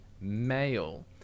Male